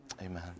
Amen